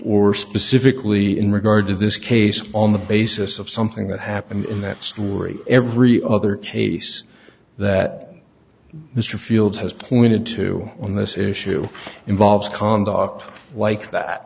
or specifically in regard to this case on the basis of something that happened in that story every other case that mr fields has pointed to on this issue involves conduct like that